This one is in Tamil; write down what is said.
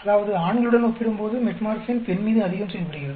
அதாவது ஆண்களுடன் ஒப்பிடும்போது மெட்ஃபோர்மின் பெண் மீது அதிகம் செயல்படுகிறது